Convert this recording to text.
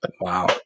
Wow